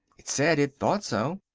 it said it thought so.